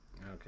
Okay